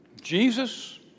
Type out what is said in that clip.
Jesus